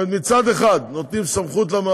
זאת אומרת, מצד אחד נותנים למעביד